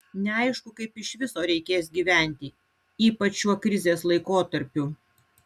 neaišku kaip iš viso reikės gyventi ypač šiuo krizės laikotarpiu